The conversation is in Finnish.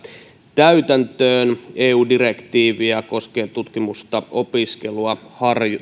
täytäntöön eu direktiiviä koskien tutkimusta opiskelua